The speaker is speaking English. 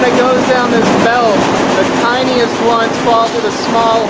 down this belt, the tiniest ones fall through the small